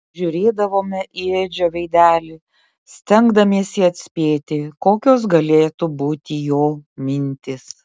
žiūrėdavome į edžio veidelį stengdamiesi atspėti kokios galėtų būti jo mintys